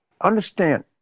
understand